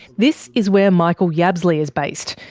this is where michael yabsley is based,